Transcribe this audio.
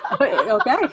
okay